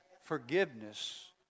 Forgiveness